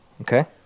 Okay